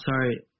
sorry